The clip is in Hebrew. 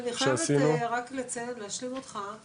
אני רק חייבת לציין ולהשלים אותך,